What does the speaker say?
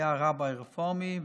היו רביי רפורמי וכומר.